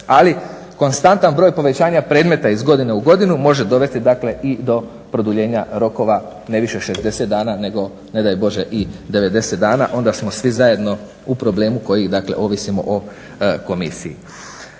ali konstantan broj povećanja predmeta iz godine u godinu može dovesti dakle i do produljenja rokova ne više od 60 dana nego ne daj Bože i 90 dana. Onda smo svi zajedno u problemu koji dakle ovisimo o komisiji.